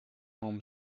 home